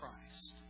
Christ